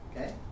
Okay